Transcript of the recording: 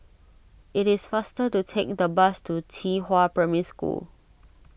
it is faster to take the bus to Qihua Primary School